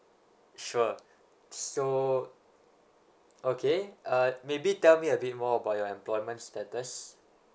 sure so okay uh maybe tell me a bit more about your employment status